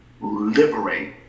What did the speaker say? liberate